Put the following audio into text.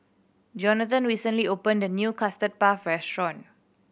Jonathan recently opened a new Custard Puff restaurant